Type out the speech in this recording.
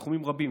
בתחומים רבים,